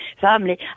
family